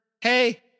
hey